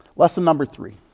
lesson number three.